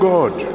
God